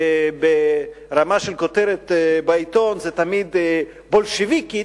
ברמה של כותרת בעיתון היא תמיד בולשביקית.